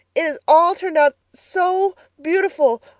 it has all turned out so beautiful.